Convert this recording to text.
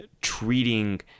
treating